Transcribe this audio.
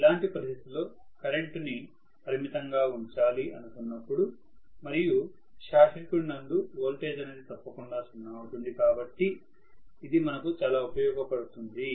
ఇలాంటి పరిస్థితిలో కరెంటుని పరిమితంగాఉంచాలి అనుకున్నపుడు మరియు షార్ట్ సర్క్యూట్ నందు వోల్టేజ్ అన్నది తప్పకుండా సున్నా అవుతుంది కాబట్టి ఇది మనకు చాలా ఉపయోగ పడుతుంది